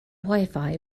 wifi